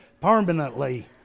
permanently